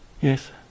Yes